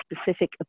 specific